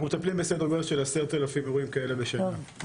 אנחנו מטפלים בסדר גודל של 10 אלף אירועים כאלה בשנה.